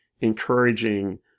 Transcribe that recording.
encouraging